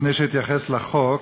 לפני שאתייחס לחוק,